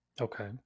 Okay